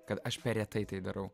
kad aš per retai tai darau